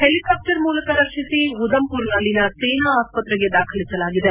helicopter ಮೂಲಕ ರಕ್ಷಿಸಿ ಉದಮ್ಪುರ್ನಲ್ಲಿನ ಸೇನಾ ಆಸ್ಪೆತ್ತೆಗೆ ದಾಖಲಿಸಲಾಗಿದೆ